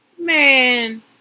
Man